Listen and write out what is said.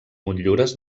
motllures